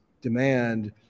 demand